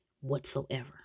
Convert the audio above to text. whatsoever